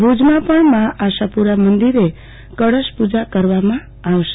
ભુજમાં મા આશાપુરા મંદિરે પણ કળશ પુજા કરવામાં આવશે